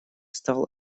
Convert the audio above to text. стал